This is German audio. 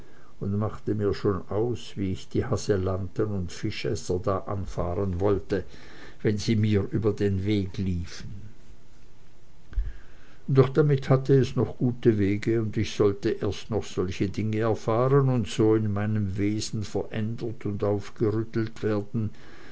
und malte mir schon aus wie ich die haselanten und fischesser da anfahren wollte wenn sie mir über den weg liefen doch damit hatte es noch gute wege und ich sollte erst noch solche dinge erfahren und so in meinem wesen verändert und aufgerüttelt werden